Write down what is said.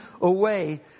away